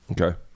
Okay